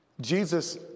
Jesus